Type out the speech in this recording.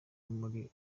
muri